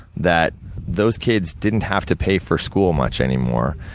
that those kids didn't have to pay for school much anymore,